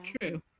True